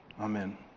Amen